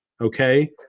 okay